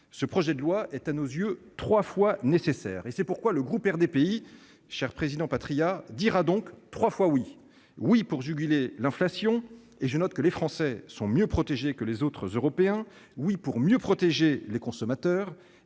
ce projet de loi est à nos yeux trois fois nécessaire ; c'est pourquoi le groupe RDPI lui dira donc trois fois oui ! Oui, pour juguler l'inflation ! Je note à ce propos que les Français sont mieux protégés que les autres Européens. Oui, pour mieux protéger les consommateurs